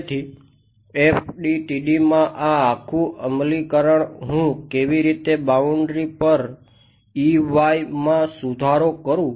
તેથી FDTDમાં આ આખું અમલીકરણ હું કેવી રીતે બાઉન્ડ્રી પર માં સુધારો કરું